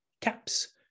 CAPS